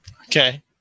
Okay